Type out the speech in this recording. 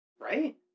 right